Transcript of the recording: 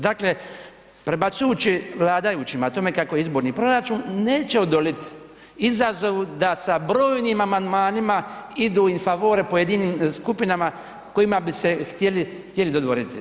Dakle prebacujući vladajućima o tome kako je izborni proračun neće odoliti izazovu da sa brojnim amandmanima idu in favore pojedinim skupinama kojima bi se htjeli dodvoriti.